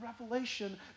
revelation